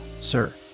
sir